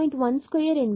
1 square என்பது 0